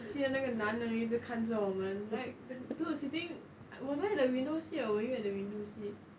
我记得那个男人一直看着我们 like dude you think was I at the window seat or were you at the window seat